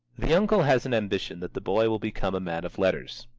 the uncle has an ambition that the boy will become a man of letters.